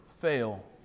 fail